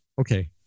okay